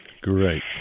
Great